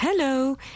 Hello